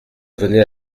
venait